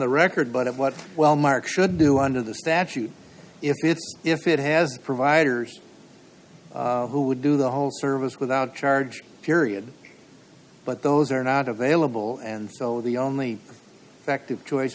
the record but of what well mark should do under the statute if it if it has providers who would do the whole service without charge period but those are not available and so the only effective choice